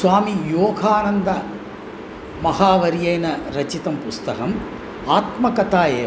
स्वामी योगानन्दमहावर्ये रचितं पुस्तकम् आत्मकथा एव